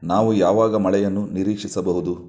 ನಾವು ಯಾವಾಗ ಮಳೆಯನ್ನು ನಿರೀಕ್ಷಿಸಬಹುದು